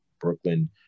Brooklyn